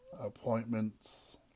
appointments